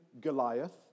Goliath